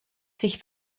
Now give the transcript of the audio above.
sich